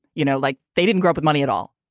you know, like they didn't grow up with money at all,